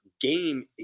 game